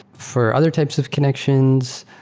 for other types of connections,